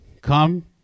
come